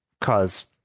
cause